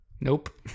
Nope